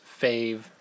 fave